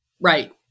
right